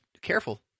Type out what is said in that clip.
careful